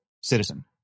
citizen